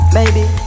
Baby